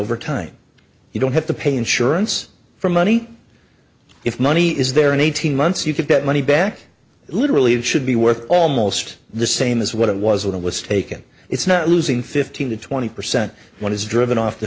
over time you don't have to pay insurance for money if money is there in eighteen months you could get money back literally it should be worth almost the same as what it was when it was taken it's not losing fifteen to twenty percent what is driven off the